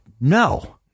no